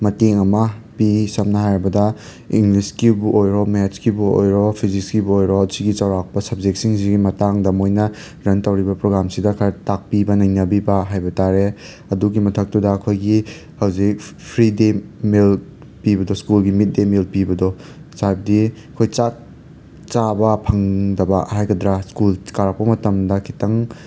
ꯃꯇꯦꯡ ꯑꯃ ꯄꯤ ꯁꯝꯅ ꯍꯥꯏꯔꯕꯗ ꯏꯪꯂꯤꯁꯀꯤꯕꯨ ꯑꯣꯏꯔꯣ ꯃꯦꯠꯁꯀꯤꯕꯨ ꯑꯣꯏꯔꯣ ꯐꯤꯖꯤꯛꯁꯀꯤꯕꯨ ꯑꯣꯏꯔꯣ ꯁꯤꯒꯤ ꯆꯥꯎꯔꯥꯛꯄ ꯁꯞꯖꯦꯛꯁꯤꯡꯁꯤꯒꯤ ꯃꯇꯥꯡꯗ ꯃꯣꯏꯅ ꯔꯟ ꯇꯧꯔꯤꯕ ꯄ꯭ꯔꯣꯒ꯭ꯔꯥꯝꯁꯤꯗ ꯈꯔ ꯇꯥꯛꯄꯤꯕ ꯅꯩꯅꯕꯤꯕ ꯍꯥꯏꯕ ꯇꯥꯔꯦ ꯑꯗꯨꯒꯤ ꯃꯊꯛꯇꯨꯗ ꯑꯩꯈꯣꯏꯒꯤ ꯍꯧꯖꯤꯛ ꯐ ꯐ꯭ꯔꯤ ꯗꯦ ꯃꯤꯜ ꯄꯤꯕꯗ ꯁ꯭ꯀꯨꯜꯒꯤ ꯃꯤꯠ ꯗꯦ ꯃꯤꯜ ꯄꯤꯕꯗꯣ ꯆꯥꯗꯤ ꯑꯩꯈꯣꯏ ꯆꯥꯛ ꯆꯥꯕ ꯐꯪꯗꯕ ꯍꯥꯏꯒꯗ꯭ꯔꯥ ꯁ꯭ꯀꯨꯜ ꯀꯥꯔꯛꯄ ꯃꯇꯝꯗ ꯈꯤꯇꯪ